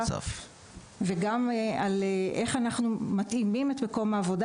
וגם על איך אנחנו מתאימים את מקום העבודה